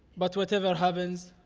but whatever happens,